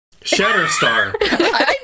Shatterstar